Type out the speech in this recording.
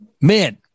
men